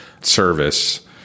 service